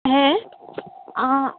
ᱦᱮᱸ